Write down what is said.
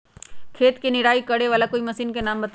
खेत मे निराई करे वाला कोई मशीन के नाम बताऊ?